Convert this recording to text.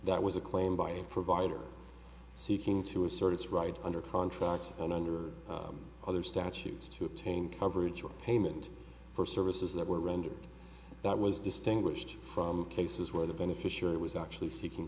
that was a claim by a provider seeking to assert its right under contract and under other statutes to obtain coverage or payment for services that were rendered that was distinguished from cases where the beneficiary was actually seeking